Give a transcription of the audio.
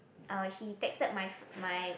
uh he texted my my